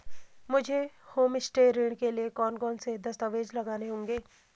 मुझे होमस्टे ऋण के लिए कौन कौनसे दस्तावेज़ लगाने होंगे?